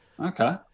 Okay